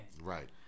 Right